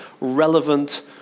relevant